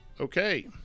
Okay